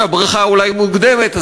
שהברכה אולי מוקדמת,